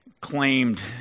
claimed